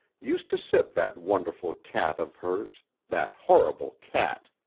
used to sit that wonderful cat of hers that horrible cat!